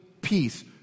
peace